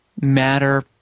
matter